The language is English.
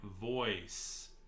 voice